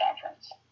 conference